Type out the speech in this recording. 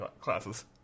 classes